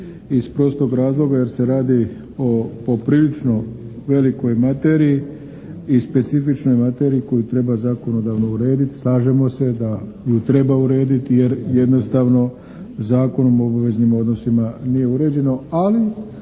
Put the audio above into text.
iz prostog razloga jer se radi o poprilično velikoj materiji i specifičnoj materiji koju treba zakonodavno urediti. Slažemo se da ju treba urediti jer jednostavno Zakonom o obaveznim odnosima nije uređeno ali